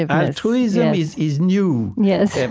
altruism is is new yes.